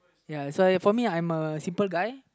so uh for me I'm a simple guy